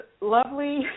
lovely